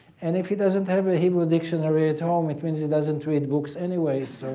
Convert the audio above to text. and if he doesn't have a hebrew dictionary at home, it means he doesn't read books anyways.